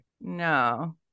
no